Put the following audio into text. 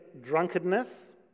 drunkenness